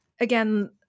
again